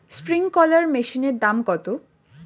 Sprinkler মেশিনের দাম কত?